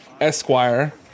Esquire